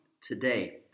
today